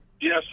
Yes